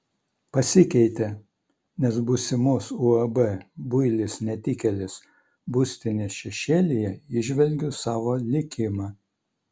pasikeitė nes būsimos uab builis netikėlis būstinės šešėlyje įžvelgiu savo likimą